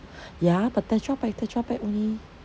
ya but tetra pack tetra pack only